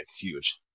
huge